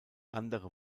andere